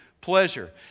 pleasure